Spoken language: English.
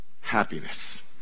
happiness